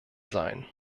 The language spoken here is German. sein